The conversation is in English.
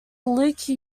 luke